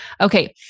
okay